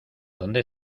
dónde